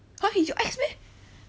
!huh! he's your ex meh